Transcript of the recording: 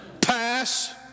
pass